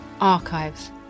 archives